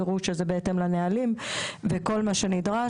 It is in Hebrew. יראו שזה בהתאם לנהלים וכל מה שנדרש.